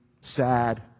sad